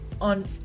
on